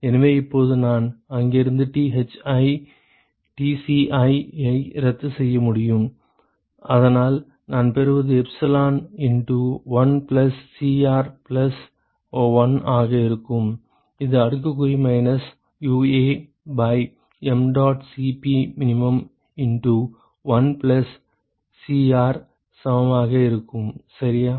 எனவே இப்போது நான் இங்கிருந்து Thi Tci ஐ ரத்துசெய்ய முடியும் அதனால் நான் பெறுவது epsilon into 1 plus Cr plus 1 ஆக இருக்கும் அது அடுக்குக்குறி minus UA by mdot Cp min into 1 plus Cr சமமாக இருக்கும் சரியா